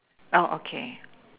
orh okay